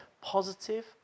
positive